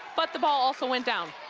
but the ball also went down.